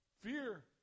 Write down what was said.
Fear